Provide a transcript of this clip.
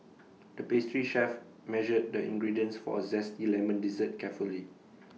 the pastry chef measured the ingredients for A Zesty Lemon Dessert carefully